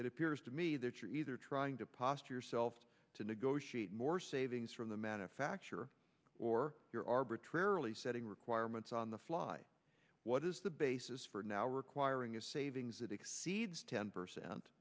it appears to me that you're either trying to posture yourself to negotiate more savings from the manufacturer or you're arbitrarily setting requirements on the fly what is the basis for now requiring a savings that exceeds ten percent